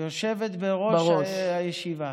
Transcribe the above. היושבת בראש הישיבה,